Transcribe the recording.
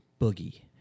Boogie